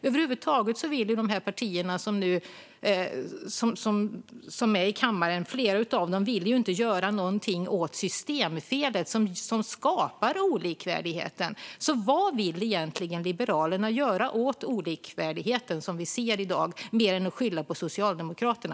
Över huvud taget vill flera av partierna i kammaren inte göra någonting åt systemfelet som skapar olikvärdigheten. Vad vill Liberalerna egentligen göra åt den olikvärdighet som vi ser i dag, mer än att skylla på Socialdemokraterna?